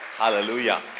Hallelujah